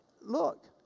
Look